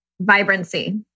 Vibrancy